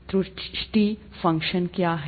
त्रुटि फ़ंक्शन क्या है